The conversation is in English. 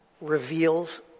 reveals